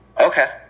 Okay